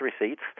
receipts